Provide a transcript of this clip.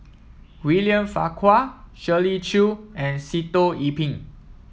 William Farquhar Shirley Chew and Sitoh Yih Pin